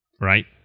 right